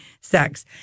sex